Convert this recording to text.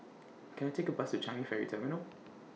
Can I Take A Bus to Changi Ferry Terminal